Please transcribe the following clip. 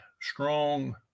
strong